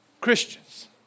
Christians